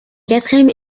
quatrième